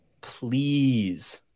please